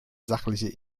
sachliche